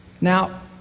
Now